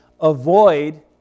avoid